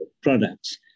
products